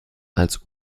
als